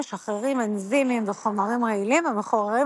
משחררים אנזימים וחומרים רעילים המחוררים